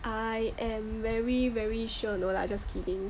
I am very very sure no lah just kidding